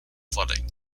flooding